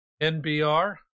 NBR